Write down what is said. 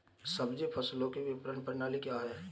सब्जी फसलों की विपणन प्रणाली क्या है?